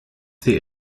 the